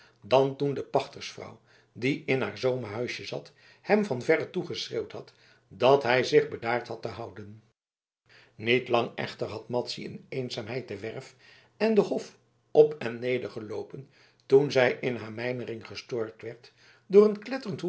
dan toen de pachtersvrouw die in haar zomerhuisje zat hem van verre toegeschreeuwd had dat hij zich bedaard had te houden niet lang echter had madzy in eenzaamheid de werf en den hof op en neder geloopen toen zij in haar mijmering gestoord werd door een